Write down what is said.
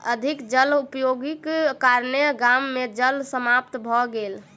अधिक जल उपयोगक कारणेँ गाम मे जल समाप्त भ गेल